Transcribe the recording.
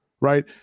Right